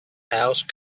house